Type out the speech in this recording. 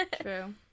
True